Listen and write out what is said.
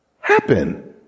happen